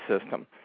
system